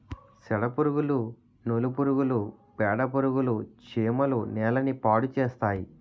సెదపురుగులు నూలు పురుగులు పేడపురుగులు చీమలు నేలని పాడుచేస్తాయి